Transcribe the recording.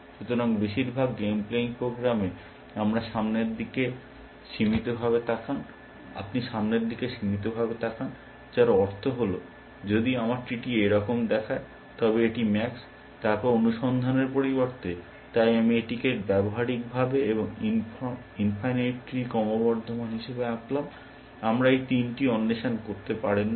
সুতরাং বেশিরভাগ game playing প্রোগ্রামে আপনি সামনের দিকে সীমিতভাবে তাকান যার অর্থ হল যদি আমার ট্রিটি এরকম দেখায় তবে এটি ম্যাক্স তারপরে অনুসন্ধানের পরিবর্তে তাই আমি এটিকে ব্যবহারিকভাবে এবং ইনফাইনাইট ট্রি ক্রমবর্ধমান হিসাবে আঁকলাম আপনারা এই তিনটি অন্বেষণ করতে পারেন না